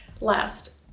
last